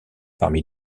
parmi